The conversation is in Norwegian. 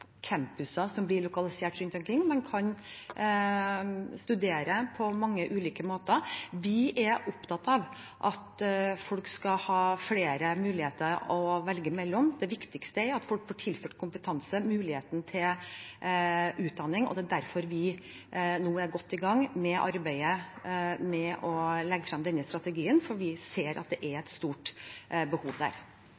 som blir lokalisert rundt omkring; man kan studere på mange ulike måter. Vi er opptatt av at folk skal ha flere muligheter å velge mellom. Det viktigste er at folk får tilført kompetanse, muligheten til utdanning, og det er derfor vi nå er godt i gang med arbeidet med å legge frem denne strategien, for vi ser at det er